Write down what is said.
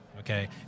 Okay